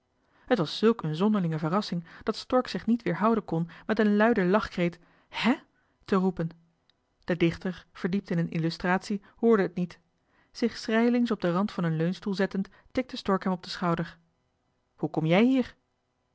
t was zulk een zonderlinge verrassing dat stork zich niet weerhouden kon met een luiden lachkreet hè te roepen de dichter verdiept in een illustratie hoorde het niet zich schrijlings op den rand van een leunstoel zettend tikte stork hem op den schouder hoe kom jij hier